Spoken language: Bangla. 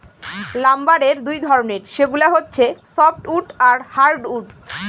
লাম্বারের দুই ধরনের, সেগুলা হচ্ছে সফ্টউড আর হার্ডউড